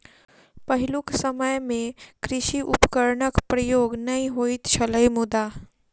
पहिलुक समय मे कृषि उपकरणक प्रयोग नै होइत छलै मुदा